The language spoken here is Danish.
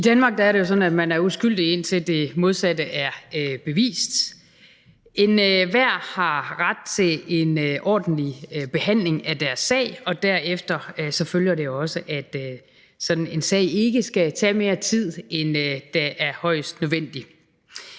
I Danmark er det jo sådan, at man er uskyldig, indtil det modsatte er bevist. Enhver har ret til en ordentlig behandling af deres sag, og deraf følger også, at sådan en sag ikke skal tage mere tid, end hvad der er højst nødvendigt.